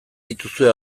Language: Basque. dituzue